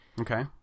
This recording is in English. Okay